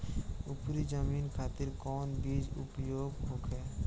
उपरी जमीन खातिर कौन बीज उपयोग होखे?